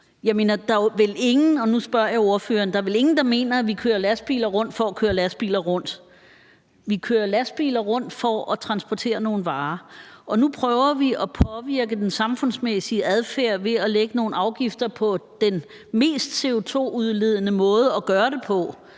jeg ordføreren – der mener, at vi kører lastbiler rundt for at køre lastbiler rundt. Vi kører lastbiler rundt for at transportere nogle varer. Og nu prøver vi at påvirke den samfundsmæssige adfærd ved at lægge nogle afgifter på den mest CO2-udledende måde at gøre det på,